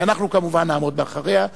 כי אנחנו כמובן נעמוד מאחוריה.